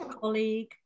colleague